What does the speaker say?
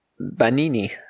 Banini